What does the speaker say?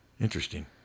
interesting